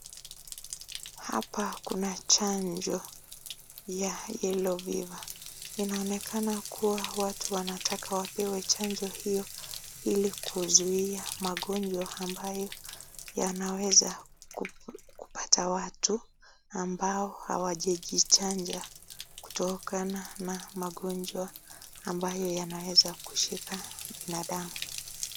Hapa kuna chanjo ya yellow fever . Inaonekana kuwa watu wanataka wapewe chanjo hiyo ili kuzuia magonjwa ambayo yanaweza kupata watu, ambao hawajajichanja kutokana na magonjwa ambayo yanaweza kushika binadamu.